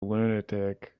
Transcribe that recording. lunatic